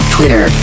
Twitter